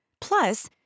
Plus